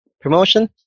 promotion